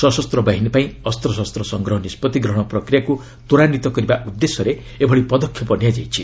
ସଶସ୍ତ ବାହିନୀପାଇଁ ଅସ୍ତଶସ୍ତ ସଂଗ୍ରହ ନିଷ୍ପଭି ଗ୍ରହଣ ପ୍ରକ୍ରିୟାକୁ ତ୍ୱରାନ୍ୱିତ କରିବା ଉଦ୍ଦେଶ୍ୟରେ ଏଭଳି ପଦକ୍ଷେପ ନିଆଯାଇଛି